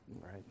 right